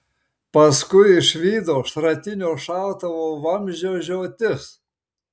paskui išvydo šratinio šautuvo vamzdžio žiotis